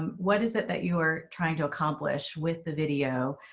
um what is it that you are trying to accomplish with the video?